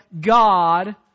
God